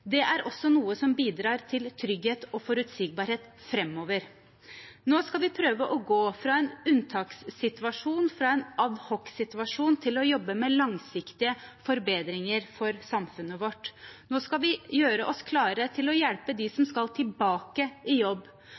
Det er også noe som bidrar til trygghet og forutsigbarhet framover. Nå skal vi prøve å gå fra en unntakssituasjon, fra en ad hoc-situasjon, til å jobbe med langsiktige forbedringer for samfunnet vårt. Nå skal vi gjøre oss klare til å hjelpe dem som skal tilbake i jobb.